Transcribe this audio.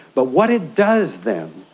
but what it does then,